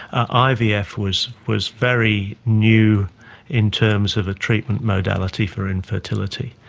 ivf was was very new in terms of a treatment modality for infertility.